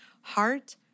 heart